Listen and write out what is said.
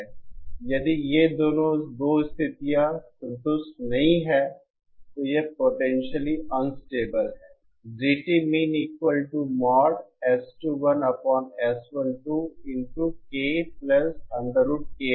यदि ये दोनों 2 स्थितियां संतुष्ट नहीं हैं तो यह पोटेंशियली अनस्टेबल है